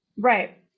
Right